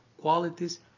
qualities